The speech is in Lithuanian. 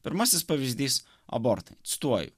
pirmasis pavyzdys abortai cituoju